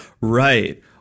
Right